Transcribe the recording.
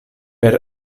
per